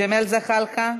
ג'מאל זחאלקה,